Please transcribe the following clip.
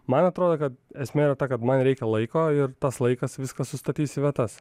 man atrodo kad esmė yra ta kad man reikia laiko ir tas laikas viską sustatys į vietas